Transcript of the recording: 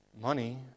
Money